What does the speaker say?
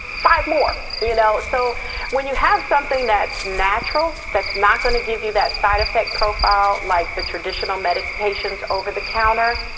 five more you know. so when you have something that's natural that's not going to give you that side effect profile like the traditional medications over the counter.